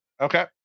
Okay